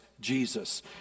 Jesus